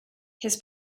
his